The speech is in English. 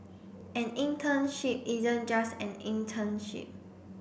an internship isn't just an internship